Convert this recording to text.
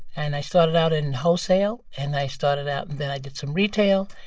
and i started out in wholesale. and i started out and then i did some retail.